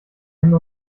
hin